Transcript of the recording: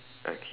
okay